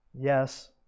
Yes